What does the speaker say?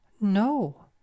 No